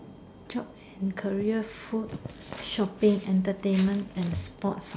jobs and career food shopping entertainment and sports